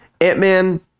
Ant-Man